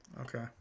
Okay